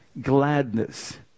Gladness